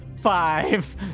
five